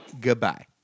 Goodbye